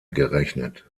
gerechnet